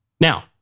Now